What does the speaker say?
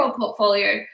portfolio